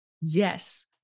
Yes